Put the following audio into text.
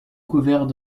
couvert